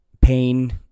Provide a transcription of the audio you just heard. pain